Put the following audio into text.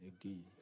again